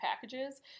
packages